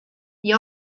gli